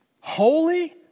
Holy